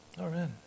Amen